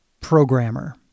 programmer